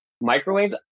microwaves